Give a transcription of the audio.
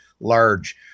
large